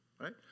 right